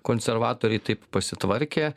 konservatoriai taip pasitvarkė